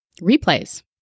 replays